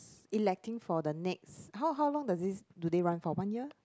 electing for the next how how long does this do they run for one year